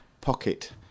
Pocket